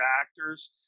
actors